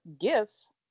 gifts